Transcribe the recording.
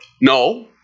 No